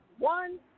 One